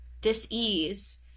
dis-ease